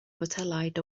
botelaid